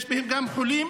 יש בהם גם חולים,